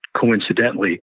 coincidentally